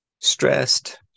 stressed